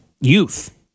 youth